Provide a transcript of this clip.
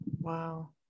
Wow